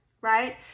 right